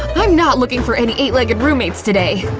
i'm not looking for any eight legged roommates today!